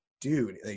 dude